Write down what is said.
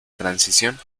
transición